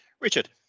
Richard